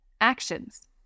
Actions